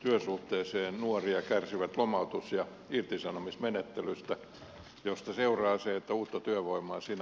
työsuhteeseen nuoria kärsii lomautus ja irtisanomismenettelystä josta seuraa se että uutta työvoimaa sinä aikana ei voida palkata